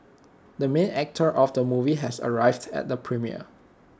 the main actor of the movie has arrived at the premiere